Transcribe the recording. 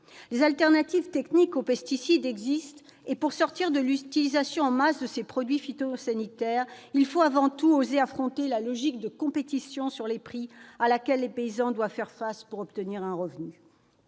Les alternatives techniques aux pesticides existent. Pour sortir de l'utilisation en masse de ces produits phytosanitaires, il faut avant tout oser affronter la logique de compétition sur les prix à laquelle les paysans doivent faire face pour obtenir un revenu.